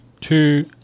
two